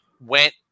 went